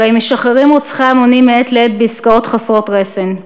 הרי משחררים רוצחי המונים מעת לעת בעסקאות חסרות רסן.